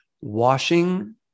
washing